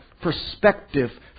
perspective